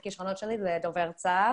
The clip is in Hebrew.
לפני חודש --- לבקר את המשפחה בחגים.